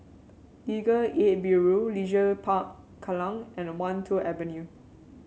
Legal Aid Bureau Leisure Park Kallang and Wan Tho Avenue